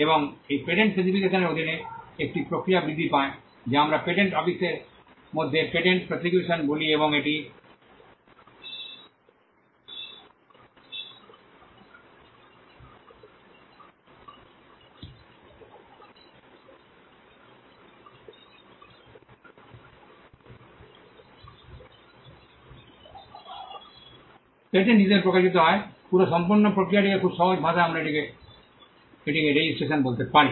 এবং এই পেটেন্ট স্পেসিফিকেশনটির অধীনে একটি প্রক্রিয়া বৃদ্ধি পায় যা আমরা পেটেন্ট অফিসের মধ্যে পেটেন্ট প্রসিকিউশন বলি এবং এটি পেটেন্ট হিসাবে প্রকাশিত হয় পুরো সম্পূর্ণ প্রক্রিয়াটিকে খুব সহজ ভাষায় আমরা এটিকে রেজিস্ট্রেশন বলতে পারি